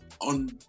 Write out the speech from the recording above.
on